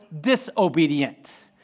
disobedient